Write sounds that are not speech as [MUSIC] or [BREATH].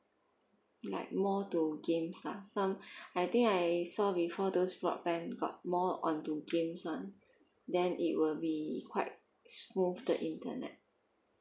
like more to games lah some [BREATH] I think I saw before those broadband got more on to games [one] then it will be quite smooth the internet